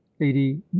eighty